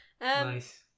nice